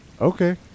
Okay